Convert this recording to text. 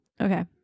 Okay